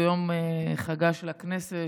ביום חגה של הכנסת,